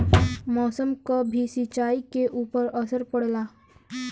मौसम क भी सिंचाई के ऊपर असर पड़ला